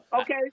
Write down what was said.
Okay